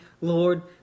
Lord